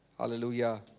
Hallelujah